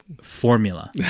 formula